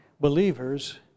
believers